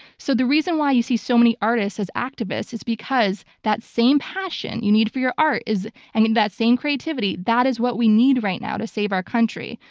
so the reason why you see so many artists as activists is because that same passion you need for your art, and that same creativity, that is what we need right now to save our country.